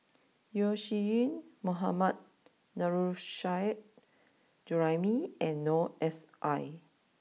Yeo Shih Yun Mohammad Nurrasyid Juraimi and Noor S I